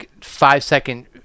five-second